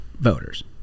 voters